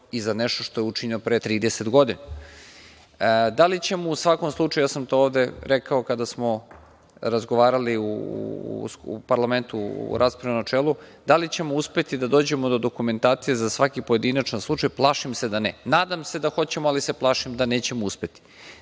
i za nešto što je učinjeno pre 30 godina. Da li ćemo, u svakom slučaju ja sam to ovde rekao kada smo razgovarali u parlamentu u raspravi u načelu, da li ćemo uspeti da dođemo do dokumentacije za svaki pojedinačan slučaj, plašim se da ne. Nadam se da hoćemo, ali se plašim da nećemo uspeti.